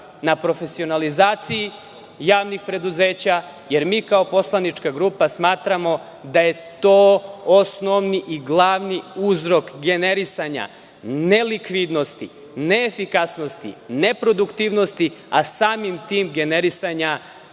na profesionalizaciji javnih preduzeća, jer mi kao poslanička grupa smatramo da je to osnovni i glavni uzrok generisanja nelikvidnosti, neefikasnosti, neproduktivnosti, a samim tim generisanja